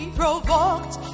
provoked